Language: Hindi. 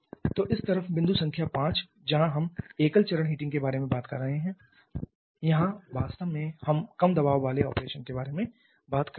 तो इस तरफ बिंदु संख्या 5 जहां हम एकल चरण हीटिंग के बारे में बात कर रहे हैं यहां वास्तव में हम कम दबाव वाले ऑपरेशन के बारे में बात कर रहे हैं